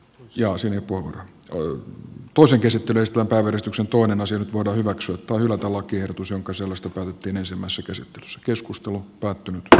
hiaasenin puolan eu tuo sen käsittelystä porrastuksen nyt voidaan hyväksyä tai hylätä lakiehdotus jonka solusta talteen ensimmäsikö se joskus tullutta dr